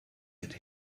could